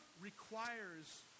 requires